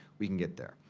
we can get there.